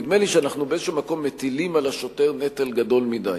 נדמה לי שאנחנו באיזשהו מקום מטילים על השוטר נטל גדול מדי.